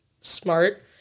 Smart